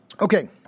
Okay